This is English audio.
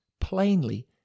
plainly